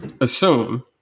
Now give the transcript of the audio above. assume